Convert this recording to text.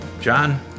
John